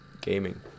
gaming